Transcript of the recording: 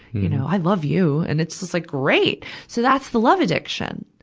you know, i love you. and it's just like great! so that's the love addiction.